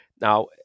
now